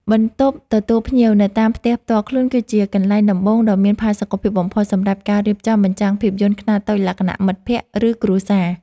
បន្ទប់ទទួលភ្ញៀវនៅតាមផ្ទះផ្ទាល់ខ្លួន គឺជាកន្លែងដំបូងដ៏មានផាសុកភាពបំផុត សម្រាប់ការរៀបចំបញ្ចាំងភាពយន្តខ្នាតតូចលក្ខណៈមិត្តភក្តិ ឬគ្រួសារ។